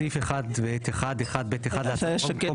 בסעיף 1(ב1)(1)(ב)(1) להצעת החוק,